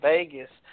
Vegas